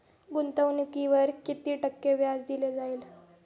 गुंतवणुकीवर किती टक्के व्याज दिले जाईल?